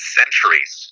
centuries